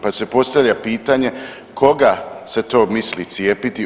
Pa se postavlja pitanje koga se to misli cijepiti?